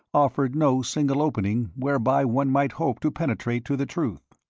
offered no single opening whereby one might hope to penetrate to the truth.